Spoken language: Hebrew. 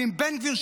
ואם בן-גביר,